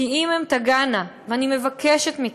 כי אם הן תגענה, אני מבקשת מכם,